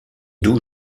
douze